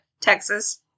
Texas